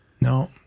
No